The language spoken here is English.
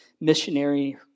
missionary